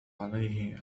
عليه